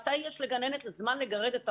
מתי יש לגננת זמן לגרד את הראש?